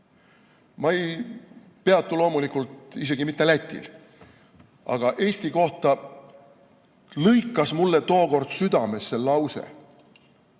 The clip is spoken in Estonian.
Ma ei peatu loomulikult isegi mitte Lätil. Aga Eesti kohta lõikas mulle tookord südamesse lause,